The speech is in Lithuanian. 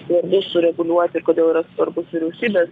svarbu sureguliuoti ir kodėl yra svarbus vyriausybės